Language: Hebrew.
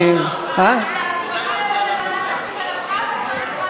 אני קובע כי הצעת החוק אושרה בקריאה